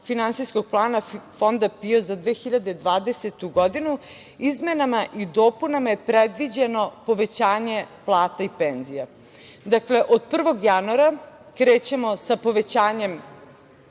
finansijskog plana Fonda PIO za 2020. godinu, izmenama i dopunama je predviđeno povećanje plata i penzija. Dakle, od 1. januara, krećemo sa povećanjem